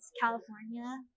california